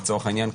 לצורך העניין,